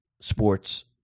sports